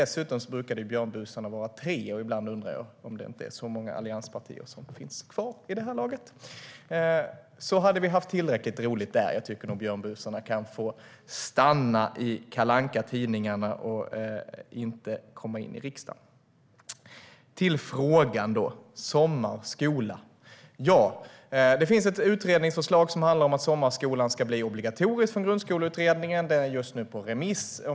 Dessutom brukade Björnbusarna vara tre, och ibland undrar jag om det inte är just så många allianspartier som finns kvar vid det här laget. Nu har vi haft tillräckligt roligt med det. Jag tycker nog att Björnbusarna kan få stanna i Kalle Anka-tidningarna och inte komma in i riksdagen. Till frågan om sommarskola! Det finns ett utredningsförslag från Grundskoleutredningen som handlar om att sommarskolan ska bli obligatorisk. Den är just nu på remiss.